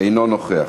אינו נוכח,